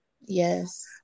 Yes